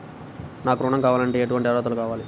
నాకు ఋణం కావాలంటే ఏటువంటి అర్హతలు కావాలి?